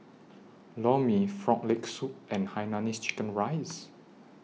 Lor Mee Frog Leg Soup and Hainanese Chicken Rice